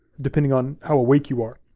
depending on how awake you are.